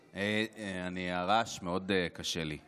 הרעש מאוד קשה לי.